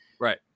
Right